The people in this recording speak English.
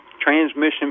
transmission